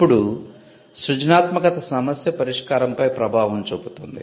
ఇప్పుడు సృజనాత్మకత సమస్య పరిష్కారంపై ప్రభావం చూపుతుంది